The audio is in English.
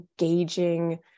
engaging